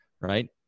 Right